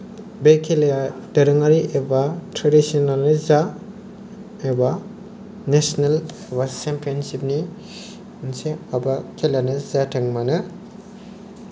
बे खेलाया दोरोङारि एबा ट्रेडिसनेलानो जा एबा नेसनेल चेम्पियनसिपनि मोनसे माबा खेलायानो जायाथों मानो